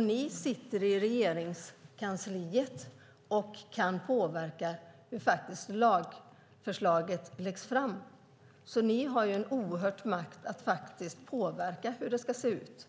Ni sitter i Regeringskansliet och kan påverka att lagförslaget läggs fram. Ni har en oerhörd makt att påverka hur det ska se ut.